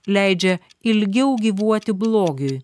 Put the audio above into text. leidžia ilgiau gyvuoti blogiui